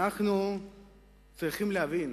אנחנו צריכים להבין